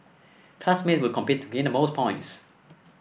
classmates would compete to gain the most points